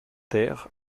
ter